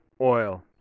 oil